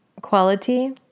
quality